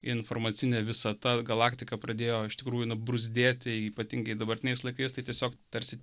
informacinę visata galaktika pradėjo iš tikrųjų nu bruzdėti ypatingai dabartiniais laikais tai tiesiog tarsi